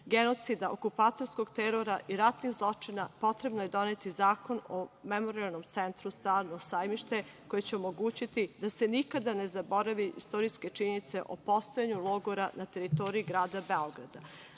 genocida, okupatorskog terora i ratnih zločina, potrebno je doneti zakon o Memorijalnom centru „Staro sajmište“, koje će omogućiti da se nikada ne zaborave istorijske činjenice o postojanju logora na teritoriji grada